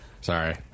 sorry